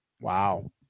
Wow